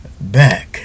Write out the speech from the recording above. back